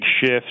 shift